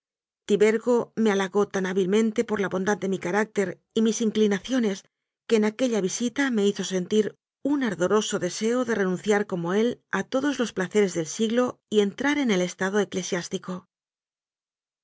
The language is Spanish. tibergo me halagó tan hábilmen te por la bondad de mi carácter y mis inclinacio nes que en aquella visita me hizo sentir un ardo roso deseo de renunciar como él a todos los place res del siglo y entrar en el estado eclesiástico